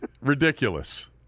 ridiculous